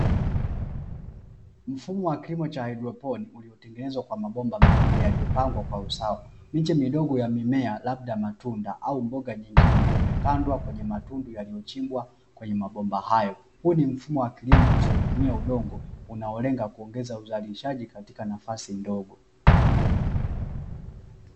Mfumo wa kilimo cha hydroponi uliotengenezwa kwa mabomba meupe yaliyopangwa kwa usawa. Miche midogo ya mimea labda ya matunda au mboga nyingine imepandwa kwenye matundu yaliyochimbwa kwenye mabomba hayo. Huu ni mfumo wa kilimo usiotumia udongo unaolenga kuongeza uzalishaji katika nafasi ndogo.